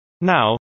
Now